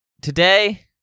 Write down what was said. today